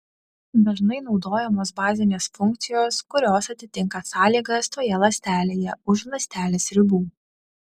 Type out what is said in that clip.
dažnai naudojamos bazinės funkcijos kurios atitinka sąlygas toje ląstelėje už ląstelės ribų